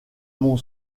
mon